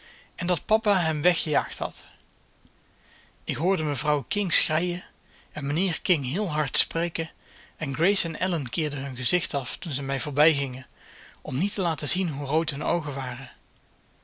en dat papa hem weggejaagd had ik hoorde mevrouw king schreien en mijnheer king heel hard spreken en grace en ellen keerden hun gezicht af toen ze mij voorbijgingen om niet te laten zien hoe rood hun oogen waren